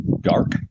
dark